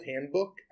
handbook